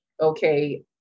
okay